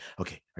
okay